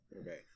Okay